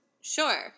Sure